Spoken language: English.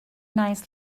nice